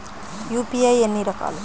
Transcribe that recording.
UPI ఎన్ని రకాలు?